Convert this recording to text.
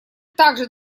также